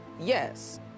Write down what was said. yes